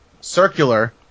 circular